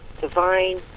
divine